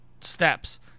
steps